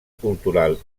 cultural